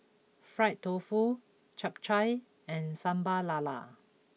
Fried Tofu Chap Chai and Sambal Lala